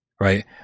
right